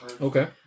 Okay